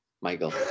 Michael